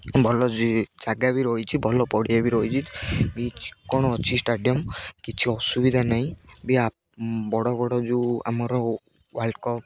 ଭଲ ଜାଗା ବି ରହିଛି ଭଲ ପଡ଼ିଆ ବି ରହିଛି ବି କ'ଣ ଅଛି ଷ୍ଟାଡ଼ିୟମ୍ କିଛି ଅସୁବିଧା ନାହିଁ ବି ବଡ଼ ବଡ଼ ଯେଉଁ ଆମର ୱାର୍ଲଡ଼ କପ୍